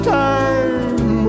time